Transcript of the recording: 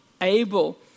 able